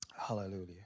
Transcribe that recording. hallelujah